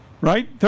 Right